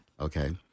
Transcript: Okay